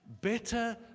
Better